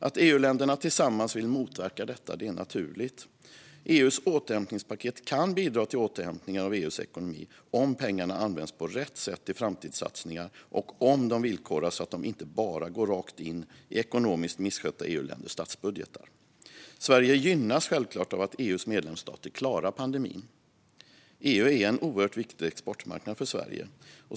Att EU-länderna tillsammans vill motverka detta är naturligt. EU:s återhämtningspaket kan bidra till återhämtningen av EU:s ekonomi om pengarna används på rätt sätt till framtidssatsningar och om de villkoras så att de inte bara går rakt in i ekonomiskt misskötta EU-länders statsbudgetar. Sverige gynnas självklart av att EU:s medlemsstater klarar pandemin eftersom EU är en oerhört viktig exportmarknad för Sverige.